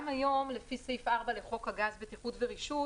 גם היום, לפי סעיף 4 לחוק הגז (בטיחות ורישוי),